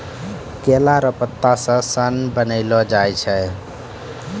केला लो पत्ता से सन बनैलो जाय छै